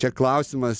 čia klausimas